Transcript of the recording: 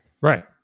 Right